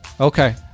Okay